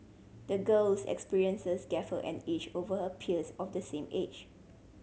the girl's experiences gave her an edge over her peers of the same age